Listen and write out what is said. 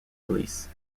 release